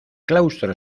claustro